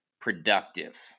productive